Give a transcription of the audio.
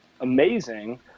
amazing